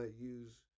use